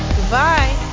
Goodbye